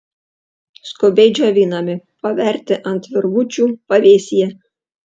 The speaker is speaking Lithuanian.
skubiai džiovinami paverti ant virvučių pavėsyje